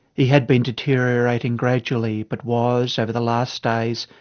he had been deteriorating gradually but was, over the last days,